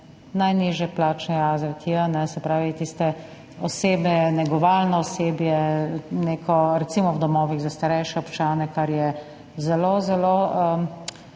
najnižji plačni razred J, se pravi tiste osebe, negovalno osebje, recimo v domovih za starejše občane, kar je zelo, zelo